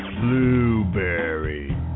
Blueberry